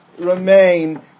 remain